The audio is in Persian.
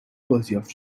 بازیافت